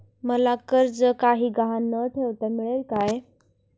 मला कर्ज काही गहाण न ठेवता मिळेल काय?